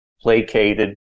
placated